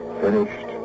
finished